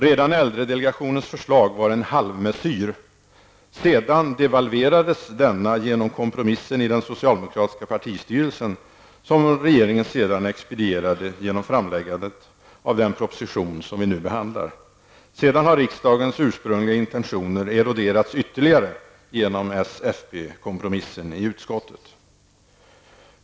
Redan äldredelegationens förslag var en halvmessyr. Sedan devalverades detta genom kompromissen i den socialdemokratiska partistyrelsen och regeringen expedierade förslaget genom framläggandet av den proposition som vi nu behandlar. Sedan har riksdagens ursprungliga intentioner eroderats ytterligare genom s--fpkompromissen i utskottet.